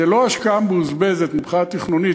זאת לא השקעה מבוזבזת מבחינה תכנונית,